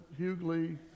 Hughley